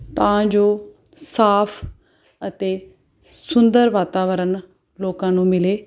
ਤਾਂ ਜੋ ਸਾਫ ਅਤੇ ਸੁੰਦਰ ਵਾਤਾਵਰਨ ਲੋਕਾਂ ਨੂੰ ਮਿਲੇ